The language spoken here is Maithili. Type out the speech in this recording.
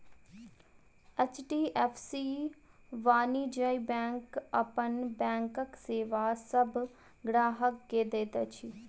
एच.डी.एफ.सी वाणिज्य बैंक अपन बैंकक सेवा सभ ग्राहक के दैत अछि